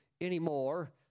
anymore